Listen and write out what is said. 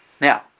now